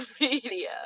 media